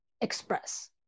express